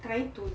try to